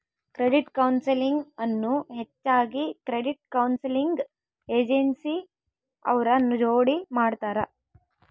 credit counselling ಅನ್ನು ಹೆಚ್ಚಾಗಿ credit counselling agency ಅವ್ರ ಜೋಡಿ ಮಾಡ್ತರ